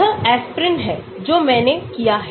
यह एस्पिरिन है जो मैंने किया है